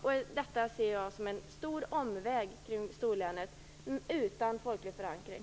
Jag ser storlänet som en stor omväg utan folklig förankring.